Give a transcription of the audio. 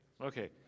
Okay